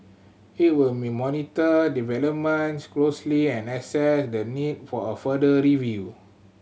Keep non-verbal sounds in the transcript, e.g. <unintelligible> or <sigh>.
it will <unintelligible> monitor developments closely and assess the need for a further review